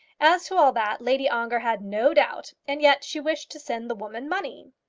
as to all that lady ongar had no doubt and yet she wished to send the woman money!